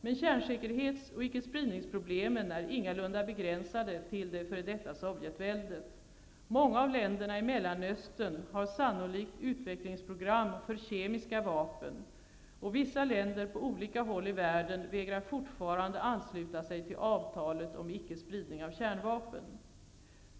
Men kärnsäkerhets och icke-spridningsproblemen är ingalunda begränsade till det f.d. Sovjetväldet. Många av länderna i Mellanöstern har sannolikt utvecklingsprogram för kemiska vapen, och vissa länder på olika håll i världen vägrar fortfarande ansluta sig till avtalet om icke-spridning av kärnvapen.